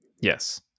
Yes